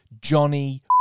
Johnny